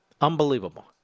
Unbelievable